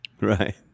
Right